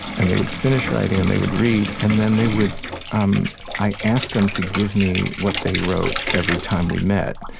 and they would finish writing, and they would read. and then they would um i asked them to give me what they wrote every time we met.